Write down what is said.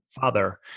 father